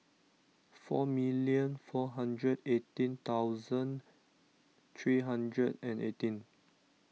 four million four hundred eighteen thousand three hundred and eighteen